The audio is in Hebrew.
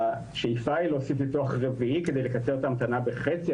והשאיפה היא להוסיף ניתוח רביעי כדי לקצר את ההמתנה בחצי.